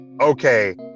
okay